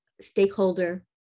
stakeholder